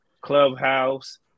Clubhouse